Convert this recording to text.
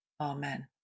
Amen